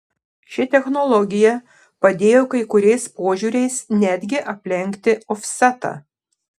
ši technologija padėjo kai kuriais požiūriais netgi aplenkti ofsetą